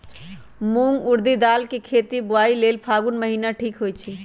मूंग ऊरडी दाल कें खेती बोआई लेल फागुन महीना ठीक होई छै